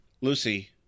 Lucy